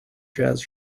jazz